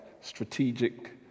strategic